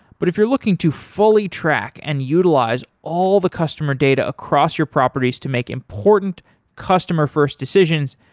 but if you're looking to fully track and utilize all the customer data across your properties to make important customer-first decisions,